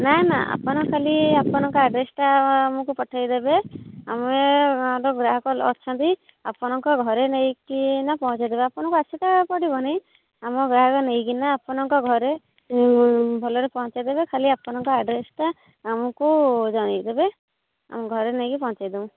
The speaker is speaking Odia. ନା ନା ଆପଣ ଖାଲି ଆମକୁ ଆପଣଙ୍କ ଆଡ଼୍ରେସ୍ଟା ଆମକୁ ପଠାଇ ଦେବେ ଆମେ ଗୋଟେ ଗ୍ରାହକ ଅଛନ୍ତି ଆପଣଙ୍କ ଘରେ ନେଇକି ନା ପହଞ୍ଚାଇ ଦେବେ ଆପଣଙ୍କୁ ଆସିବାକୁ ପଡ଼ିବନି ଆମ ଘରେ ନେଇକି ନା ଆପଣଙ୍କ ଘରେ ଭଲରେ ପହଞ୍ଚାଇ ଦେବେ ଖାଲି ଆପଣଙ୍କ ଆଡ଼୍ରେସ୍ଟା ଆମକୁ ଜଣାଇ ଦେବେ ଆମେ ଘରେ ନେଇକି ପହଞ୍ଚାଇ ଦେବୁ